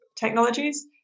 technologies